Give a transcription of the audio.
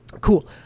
cool